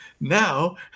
now